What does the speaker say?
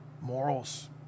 morals